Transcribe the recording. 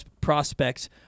prospects